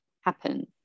happen